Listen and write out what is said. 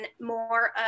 more